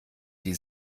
die